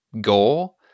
goal